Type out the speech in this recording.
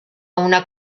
una